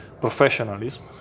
professionalism